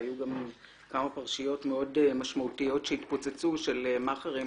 היו גם כמה פרשיות מאוד משמעותיות שהתפוצצו של מאכערים